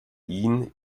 ihn